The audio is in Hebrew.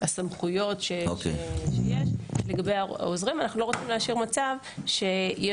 הסמכויות שיש לגבי העוזרים; אנחנו לא רוצים להשאיר מצב שבו